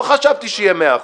לא חשבתי שיהיה מאז אחוז.